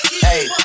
hey